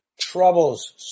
troubles